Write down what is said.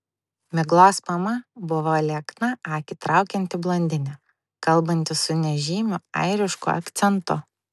miglos mama buvo liekna akį traukianti blondinė kalbanti su nežymiu airišku akcentu